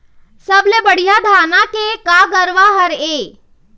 सबले बढ़िया धाना के का गरवा हर ये?